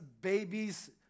babies